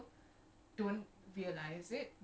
so people think he's stupid